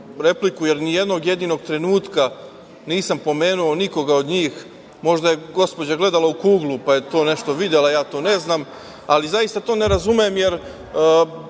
jer ni jednog jedinog trenutka nisam pomenuo niko od njih. Možda je gospođa gledala u kuglu, pa je to nešto videla, ja to ne znam. Zaista, to ne razumem, jer